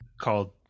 called